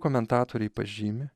komentatoriai pažymi